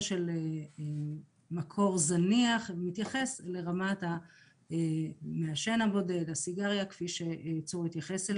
של מקור זניח מתייחס לרמת המעשן הבודד כפי שצורי התייחס.